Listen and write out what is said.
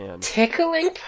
Tickling